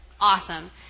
awesome